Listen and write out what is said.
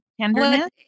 tenderness